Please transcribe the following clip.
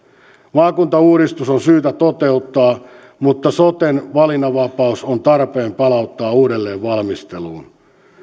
maakuntauudistus on syytä toteuttaa mutta soten valinnanvapaus on tarpeen palauttaa uudelleenvalmisteluun